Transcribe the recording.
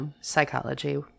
Psychology